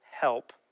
help